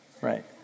right